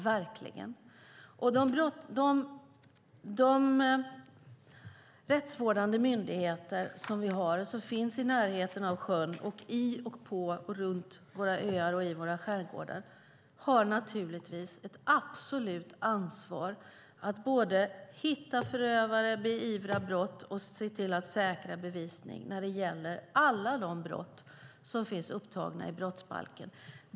De rättsvårdande myndigheter som vi har och som finns i närheten av sjön och i, på och runt våra öar och våra skärgårdar har naturligtvis ett absolut ansvar att hitta förövare, beivra brott och se till att säkra bevisning när det gäller alla de brott som finns upptagna i brottsbalken.